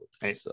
Hey